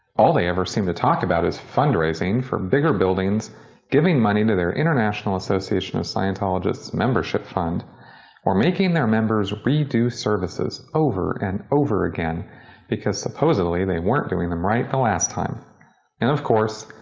all they ever seem to talk about is fundraising for bigger buildings giving money to their international association of scientologists membership fund or making their members redo services over and over again because supposedly they weren't doing them right the last time. and of course,